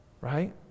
Right